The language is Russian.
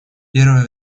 первое